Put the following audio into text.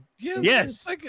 Yes